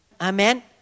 Amen